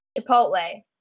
Chipotle